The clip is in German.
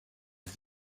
sie